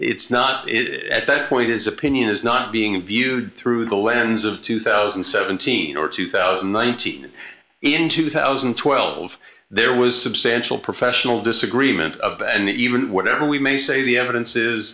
it's not at that point his opinion is not being viewed through the lens of two thousand and seventeen or two thousand and nineteen in two thousand and twelve there was substantial professional disagreement of and even whatever we may say the evidence